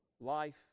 life